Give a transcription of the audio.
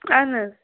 اہَن حظ